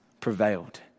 prevailed